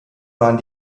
waren